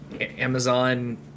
amazon